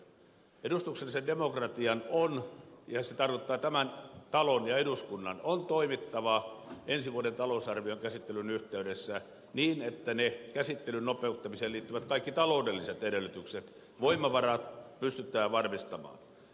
edustuksellisen demokratian ja se tarkoittaa tämän talon ja eduskunnan on toimittava ensi vuoden talousarvion käsittelyn yhteydessä niin että ne käsittelyn nopeuttamiseen liittyvät kaikki taloudelliset edellytykset voimavarat pystytään varmistamaan